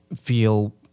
feel